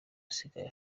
usigaye